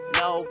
no